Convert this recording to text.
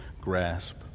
grasp